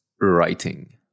writing